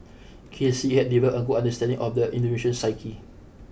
K C had developed a good understanding of the Indonesian psyche